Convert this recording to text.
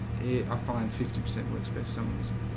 it i find fifty percent works. best some reason.